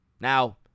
Now